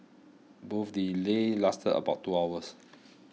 both delays lasted about two hours